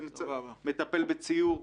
זה מטפל בציור.